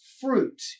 fruit